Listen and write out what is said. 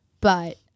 But-